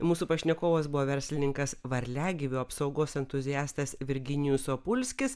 mūsų pašnekovas buvo verslininkas varliagyvių apsaugos entuziastas virginijus opulskis